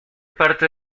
parte